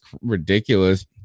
ridiculous